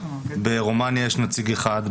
ברומניה יש נציג אחד,